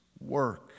work